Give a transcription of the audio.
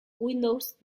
windows